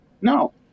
No